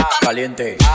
caliente